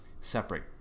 separate